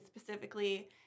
specifically